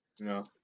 No